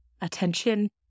attention